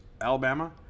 Alabama